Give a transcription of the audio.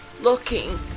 looking